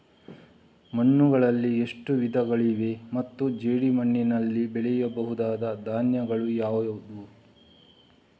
ಮಣ್ಣುಗಳಲ್ಲಿ ಎಷ್ಟು ವಿಧಗಳಿವೆ ಮತ್ತು ಜೇಡಿಮಣ್ಣಿನಲ್ಲಿ ಬೆಳೆಯಬಹುದಾದ ಧಾನ್ಯಗಳು ಯಾವುದು?